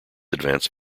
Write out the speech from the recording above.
advanced